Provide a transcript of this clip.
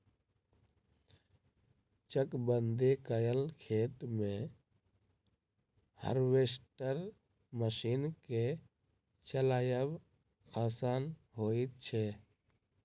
चकबंदी कयल खेत मे हार्वेस्टर मशीन के चलायब आसान होइत छै